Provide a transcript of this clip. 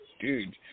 dude